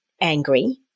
angry